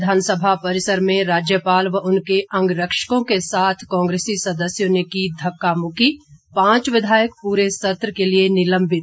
विधानसभा परिसर में राज्यपाल व उनके अंगरक्षकों के साथ कांग्रेसी सदस्यों ने की धक्का मुक्की पांच विधायक पूरे सत्र के लिए निलंबित